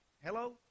Hello